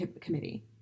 Committee